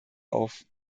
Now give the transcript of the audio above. auf